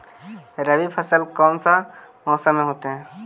रवि फसल कौन सा मौसम में होते हैं?